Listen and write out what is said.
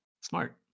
smart